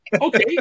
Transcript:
Okay